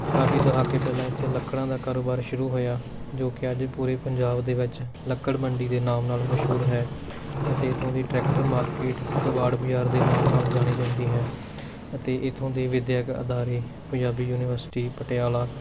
ਇਹ ਕਾਫ਼ੀ ਦਹਾਕੇ ਪਹਿਲਾਂ ਇੱਥੇ ਲੱਕੜਾਂ ਦਾ ਕਾਰੋਬਾਰ ਸ਼ੁਰੂ ਹੋਇਆ ਜੋ ਕਿ ਅੱਜ ਪੂਰੇ ਪੰਜਾਬ ਦੇ ਵਿੱਚ ਲੱਕੜ ਮੰਡੀ ਦੇ ਨਾਮ ਨਾਲ ਮਸ਼ਹੂਰ ਹੈ ਅਤੇ ਇੱਥੋਂ ਦੀ ਟਰੈਕਟਰ ਮਾਰਕੀਟ ਕਬਾੜ ਬਾਜ਼ਾਰ ਦੇ ਨਾਮ ਨਾਲ ਜਾਣੀ ਜਾਂਦੀ ਹੈ ਅਤੇ ਇੱਥੋਂ ਦੇ ਵਿੱਦਿਅਕ ਅਦਾਰੇ ਪੰਜਾਬੀ ਯੂਨੀਵਰਸਿਟੀ ਪਟਿਆਲਾ